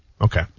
Okay